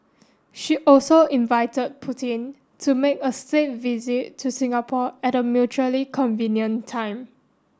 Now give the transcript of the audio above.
she also invite Putin to make a state visit to Singapore at a mutually convenient time